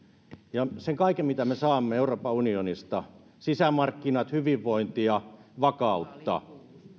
siitä kaikesta mitä me saamme euroopan unionista sisämarkkinat hyvinvointia vakautta